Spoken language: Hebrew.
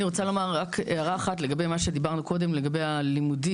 אני רוצה לומר רק הערה אחת לגבי מה שדיברנו קודם לגבי הלימודים.